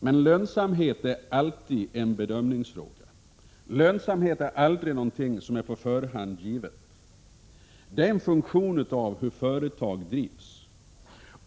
Men lönsamhet är alltid en bedömningsfråga. Lönsamhet är aldrig någonting på förhand givet. Det är en funktion av hur företag drivs.